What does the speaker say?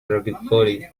thoughtfully